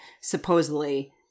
supposedly